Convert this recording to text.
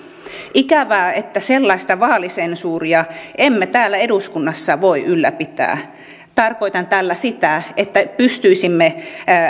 ikävää että sellaista vaalisensuuria emme täällä eduskunnassa voi ylläpitää tarkoitan tällä sitä että pystyisimme